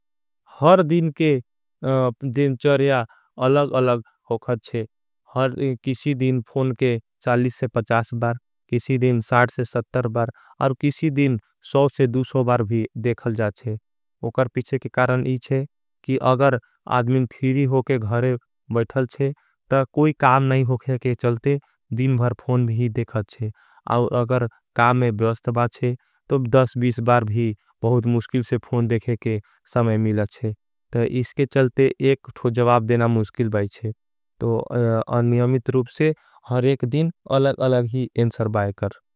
हर दिन के दिन चर्या अलग अलग हो खच्चे किसी दिन फोन के बार। किसी दिन बार और किसी दिन बार भी देखल जाच्चे उकर पिछे के। कारण इचे कि अगर आद्मिन फीरी होके घरे बैठल चे तो कोई काम। नहीं होके के चलते दिन भर फोन भी देखल चे और अगर काम में। ब्योस्तबा चे तो बार भी बहुत मुश्किल से फोन देखे के समय मिल। चे इसके चलते एक थोड़ जवाब देना मुश्किल भाई चे और नियमित। रूप से हर एक दिन अलगअलग ही एंसर भाई कर।